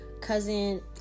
cousin